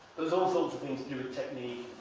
there's all sorts of things your technique